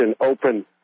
open